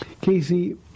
Casey